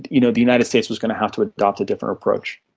you know the united states was going to have to adopt a different approach.